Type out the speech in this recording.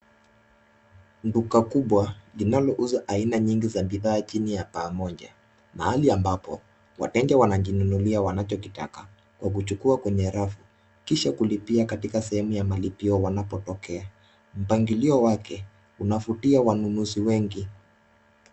Duka kubwa linalouza aina nyingi za bidhaa chini ya paa moja. Mahali ambapo wateja wanajinunulia wanachokitaka kwa kuchukua kwenye rafu, kisha kulipia katika sehemu ya malipio wanapotokea. Mpangilio wake unavutia wanunuzi wengi.